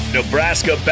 Nebraska